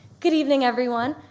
good evening, everyone.